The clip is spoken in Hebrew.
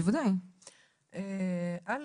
א',